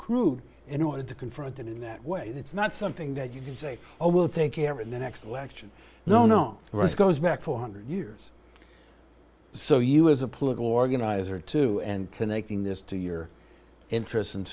accrued in order to confront it in that way it's not something that you can say oh we'll take care in the next election no no the rest goes back four hundred years so you as a political organizer too and connecting this to your interests and